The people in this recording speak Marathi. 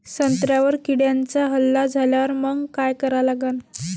संत्र्यावर किड्यांचा हल्ला झाल्यावर मंग काय करा लागन?